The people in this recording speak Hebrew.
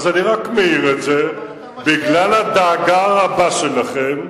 אז אני רק מעיר את זה בגלל הדאגה הרבה שלכם.